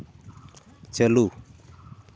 ᱪᱟᱹᱞᱩ